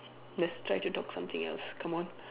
let's try to talk something else come on